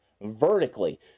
vertically